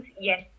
yes